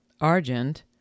Argent